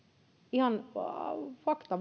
ihan fakta